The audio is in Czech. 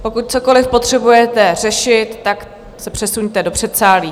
Pokud cokoliv potřebujete řešit, tak se přesuňte do předsálí.